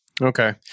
Okay